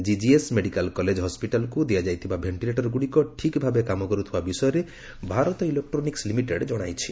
GGS medical college ହସ୍କିଟାଲକୁ ଦିଆଯାଇଥିବା ଭେଷ୍ଟିଲେଟରଗୁଡ଼ିକ ଠିକ୍ ଭାବେ କାମ କରୁଥିବା ବିଷୟରେ ଭାରତ ଇଲେକ୍ଟ୍ରୋନିକ୍ ଲିମିଟେଡ ଜଣାଇଛି